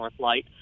Northlight